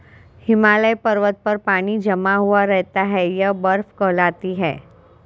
हिमालय पर्वत पर पानी जमा हुआ रहता है यह बर्फ कहलाती है